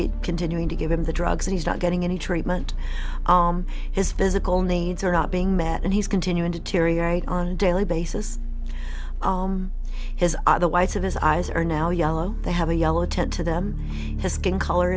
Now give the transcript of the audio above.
get continuing to give him the drugs and he's not getting any treatment his physical needs are not being met and he's continuing to deteriorate on a daily basis has the whites of his eyes are now yellow they have a yellow attend to them his skin color